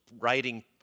writing